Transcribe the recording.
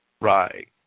Right